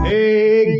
Hey